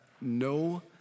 no